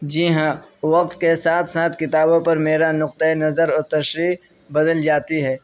جی ہاں وقت کے ساتھ ساتھ کتابوں پر میرا نقطۂِ نظر اور تشریح بدل جاتی ہے